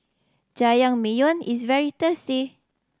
jajangmyeon is very tasty